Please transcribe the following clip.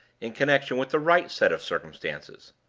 in connection with the right set of circumstances.